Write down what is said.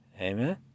amen